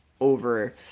over